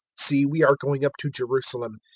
see, we are going up to jerusalem,